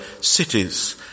cities